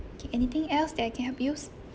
okay anything else that I can help you